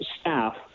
staff